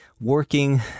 working